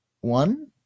one